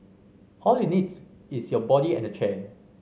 all you needs is your body and a chair